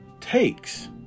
takes